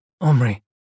Omri